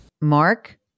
Mark